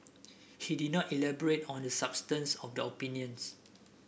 he did not elaborate on the substance of the opinions